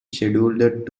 scheduled